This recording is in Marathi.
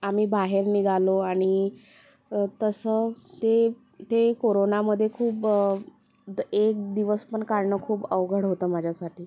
आम्ही बाहेर निघालो आणि तसं ते ते कोरोनामध्ये खूप एक दिवस पण काढणं खूप अवघड होतं माझ्यासाठी